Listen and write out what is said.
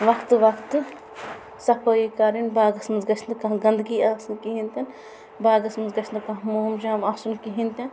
وَقتہٕ وَقتہٕ صفٲی کَرٕنۍ باغَس منٛز گَژھِ نہٕ کانٛہہ گندگی آسٕنۍ کِہیٖنۍ تہِ نہٕ باغَس منٛز گَژھِ نہٕ کانٛہہ موم جام آسٕنۍ کِہیٖنۍ تہِ نہٕ